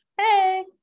Hey